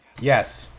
Yes